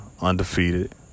undefeated